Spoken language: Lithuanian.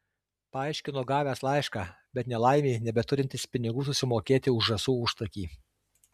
paaiškino gavęs laišką bet nelaimei nebeturintis pinigų susimokėti už žąsų užtakį